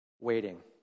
waiting